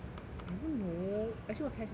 I don't know actually what's hair transplant